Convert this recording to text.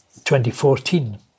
2014